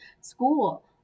school